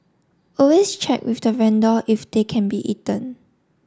always check with the vendor if they can be eaten